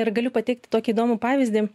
ir galiu pateikt tokį įdomų pavyzdį